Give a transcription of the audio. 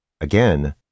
Again